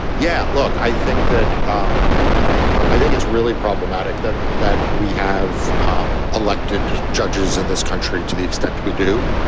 yeah. look, i think that um i think it's really problematic that that we have um elected judges in this country to the extent we do.